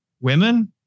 women